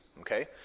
okay